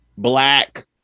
black